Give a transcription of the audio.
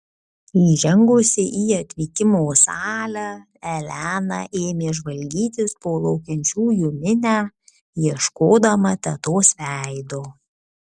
įžengusi į atvykimo salę elena ėmė žvalgytis po laukiančiųjų minią ieškodama tetos veido